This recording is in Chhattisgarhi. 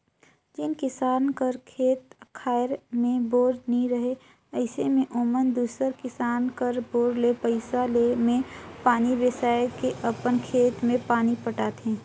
जेन किसान कर खेत खाएर मे बोर नी रहें अइसे मे ओमन दूसर किसान कर बोर ले पइसा मे पानी बेसाए के अपन खेत मे पानी पटाथे